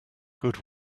good